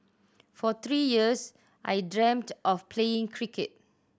for three years I dreamed of playing cricket